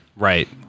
Right